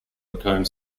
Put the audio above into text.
mccomb